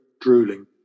drooling